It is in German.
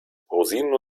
rosinen